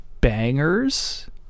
bangers